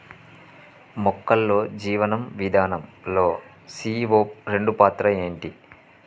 మొక్కల్లో జీవనం విధానం లో సీ.ఓ రెండు పాత్ర ఏంటి?